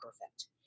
perfect